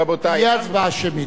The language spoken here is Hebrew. רבותי, עם ישראל רואה אתכם,